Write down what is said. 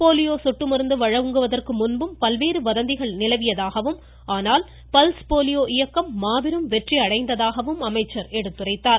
polio சொட்டுமருந்து வழங்குவதற்கு முன்பும் பல்வேறு வதந்திகள் நிலவியதாகவும் ஆனால் பல்ஸ் போலியோ இயக்கம் மாபெரும் வெற்றியடைந்ததாகவும் அவர் எடுத்துரைத்தார்